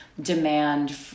demand